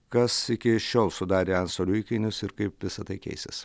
kas iki šiol sudarė antstolių įkainius ir kaip visa tai keisis